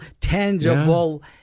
tangible